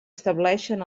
estableixen